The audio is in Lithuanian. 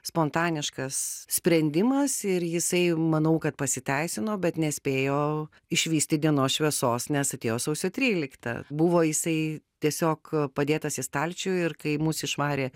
spontaniškas sprendimas ir jisai manau kad pasiteisino bet nespėjo išvysti dienos šviesos nes atėjo sausio trylikta buvo jisai tiesiog padėtas į stalčių ir kai mus išvarė